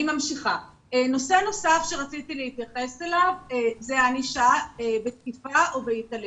נושא נוסף שרציתי להתייחס אליו זו הענישה בתקיפה או בהתעללות.